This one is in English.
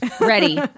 Ready